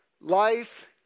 life